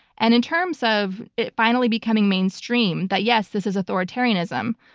and in terms of finally becoming mainstream that yes this is authoritarianism,